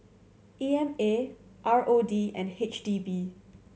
E M A R O D and H D B